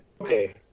okay